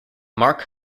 mark